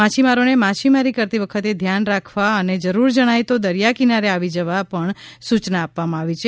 માછીમારોને માછીમારી કરતી વખતે ધ્યાન રાખવા અને જરૂર જણાય તો દરિયાકિનારે આવી જવા સુચના આપવામાં આવી છે